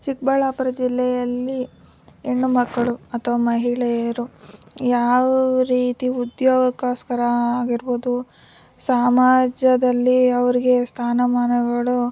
ಚಿಕ್ಕಬಳ್ಳಾಪುರ ಜಿಲ್ಲೆಯಲ್ಲಿ ಹೆಣ್ಣು ಮಕ್ಕಳು ಅಥವಾ ಮಹಿಳೆಯರು ಯಾವ ರೀತಿ ಉದ್ಯೋಗಗೋಸ್ಕರ ಆಗಿರ್ಬೋದು ಸಮಾಜದಲ್ಲಿ ಅವರಿಗೆ ಸ್ಥಾನಮಾನಗಳು